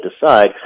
decide